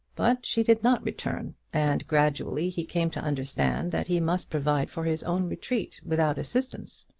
but she did not return, and gradually he came to understand that he must provide for his own retreat without assistance.